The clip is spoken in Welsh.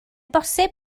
bosib